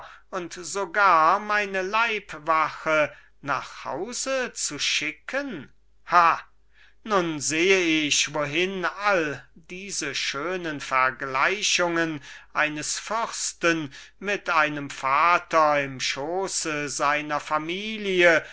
und meine leibwache nach hause zu schicken ha nun seh ich wohin alle diese schönen vergleichungen mit einem vater im schoße seiner familie